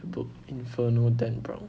the book inferno dan brown